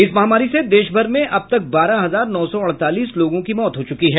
इस महामारी से देश भर में अब तक बारह हजार नौ सौ अड़तालीस लोगों की मौत हो चुकी है